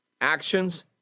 actions